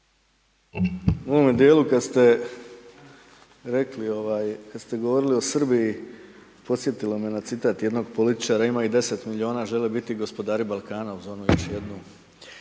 ovaj, kad ste govorili o Srbiji, podsjetilo me na citat jednog političara, ima ih 10 milijuna, žele biti gospodari Balkana, uz onu još jednu,